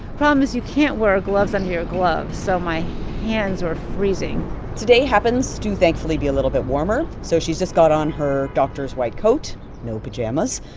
problem is you can't wear gloves under your gloves, so my hands are freezing today happens to, thankfully, be a little bit warmer, so she's just got on her doctor's white coat no pajamas.